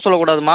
சரி